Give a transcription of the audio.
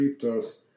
cryptos